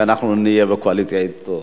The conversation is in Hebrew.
שאנחנו נהיה בקואליציה אתו.